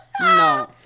No